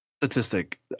statistic